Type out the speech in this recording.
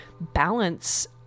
balance